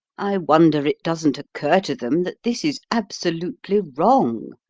i wonder it doesn't occur to them that this is absolutely wrong,